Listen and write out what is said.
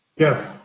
yes.